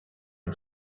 had